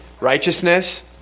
Righteousness